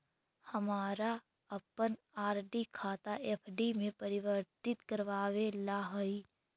हमारा अपन आर.डी खाता एफ.डी में परिवर्तित करवावे ला हई